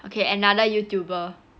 okay another Youtuber